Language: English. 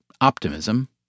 optimism